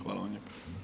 Hvala vam lijepo.